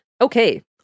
Okay